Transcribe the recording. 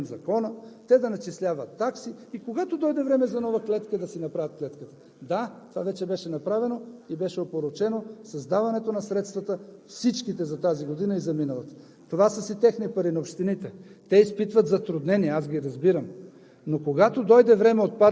Тогава някой ще излезе и наново ще каже: знаете ли колко хубаво би било да променим закона, те да начисляват такси и когато дойде време за нова клетка да си направят клетката. Да, това вече беше направено и беше опорочено с даването на средствата – всичките за тази година, и за миналата година. Това са си техни пари – на общините.